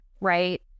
right